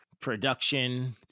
production